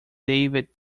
david